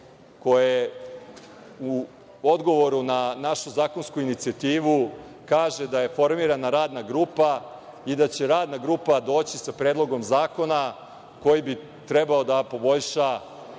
koje u odgovoru na našu zakonsku inicijativu kaže da je formirana radna grupa i da će radna grupa doći sa predlogom zakona koji bi trebao da poboljša